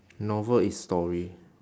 novel is story